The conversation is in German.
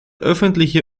öffentliche